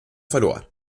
verloren